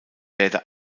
werde